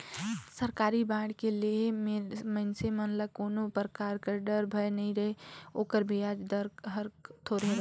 सरकारी बांड के लेहे मे मइनसे मन ल कोनो परकार डर, भय नइ रहें ओकर बियाज दर हर थोरहे रथे